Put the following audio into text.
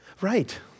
Right